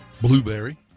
Blueberry